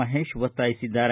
ಮಹೇಶ್ ಒತ್ತಾಯಿಸಿದ್ದಾರೆ